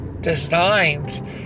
designed